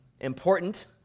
important